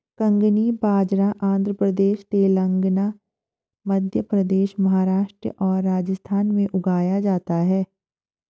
कंगनी बाजरा आंध्र प्रदेश, तेलंगाना, मध्य प्रदेश, महाराष्ट्र और राजस्थान में उगाया जाता है